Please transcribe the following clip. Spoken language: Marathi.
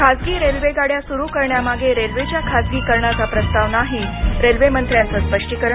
खासगी रेल्वे गाड्या सुरु करण्यामागे रेल्वेच्या खासगीकरणाचा प्रस्ताव नाही रेल्वेमंत्र्यांचं स्पष्टीकरण